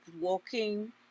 walking